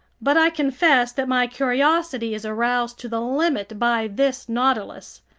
but i confess that my curiosity is aroused to the limit by this nautilus,